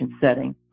setting